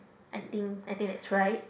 I think I think that's right